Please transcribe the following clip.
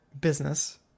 business